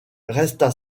resta